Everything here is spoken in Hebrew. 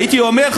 הייתי אומר,